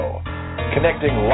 Connecting